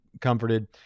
comforted